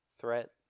threat